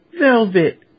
Velvet